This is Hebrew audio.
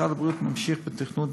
משרד הבריאות ממשיך בתכנון